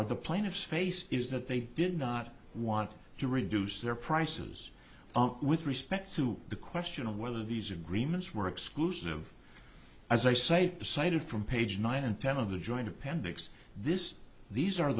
are the plaintiffs face is that they did not want to reduce their prices with respect to the question of whether these agreements were exclusive as i say decided from page nine and ten of the joint appendix this these are